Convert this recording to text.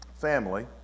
family